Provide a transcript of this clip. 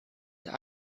der